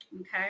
Okay